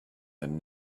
than